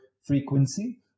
frequency